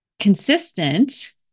consistent